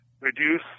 reduce